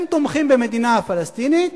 הם תומכים במדינה הפלסטינית,